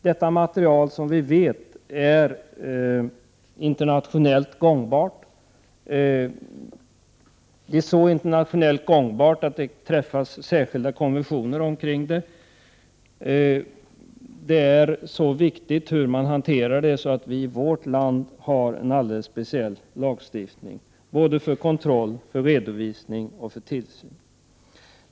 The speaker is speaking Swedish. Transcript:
Detta material är ju internationellt gångbart — ja, så gångbart att särskilda konventioner har träffats beträffande detta material. Hanteringen är så viktig att vi i vårt land har en speciell lagstiftning såväl för kontroll och redovisning som för tillsyn.